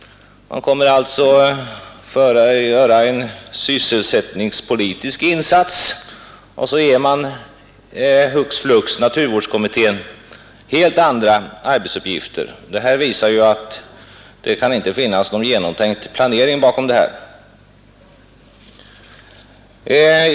Man gör alltså en sysselsättningspolitisk insats och ger hux flux naturvårdskommittén helt andra arbetsuppgifter. Detta visar att det inte kan finnas någon genomtänkt planering.